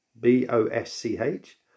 B-O-S-C-H